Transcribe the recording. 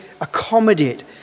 accommodate